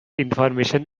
information